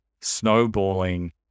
snowballing